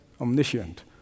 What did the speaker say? omniscient